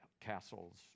Castles